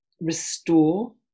restore